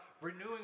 renewing